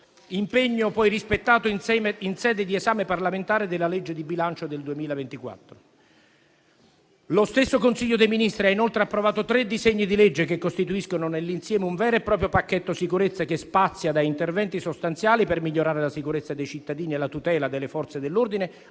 impegno poi rispettato in sede di esame parlamentare della legge di bilancio del 2024. Lo stesso Consiglio dei ministri ha inoltre approvato tre disegni di legge che costituiscono, nell'insieme, un vero e proprio pacchetto sicurezza, che spazia da interventi sostanziali per migliorare la sicurezza dei cittadini e la tutela delle Forze dell'ordine